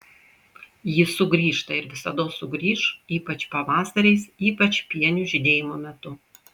jis sugrįžta ir visados sugrįš ypač pavasariais ypač pienių žydėjimo metu